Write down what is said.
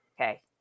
okay